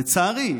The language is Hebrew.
לצערי,